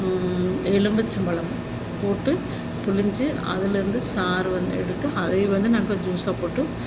எலும்பிச்சம்பழமும் போட்டு பிழிஞ்சி அதுலேருந்து சாறு வந்து எடுத்து அதை வந்து நாங்கள் ஜூஸாக போட்டும்